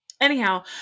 Anyhow